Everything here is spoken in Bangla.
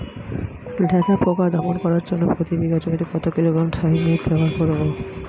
লেদা পোকা দমন করার জন্য প্রতি বিঘা জমিতে কত কিলোগ্রাম থাইমেট ব্যবহার করব?